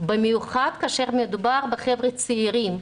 בעיקר כשמדובר באנשים צעירים,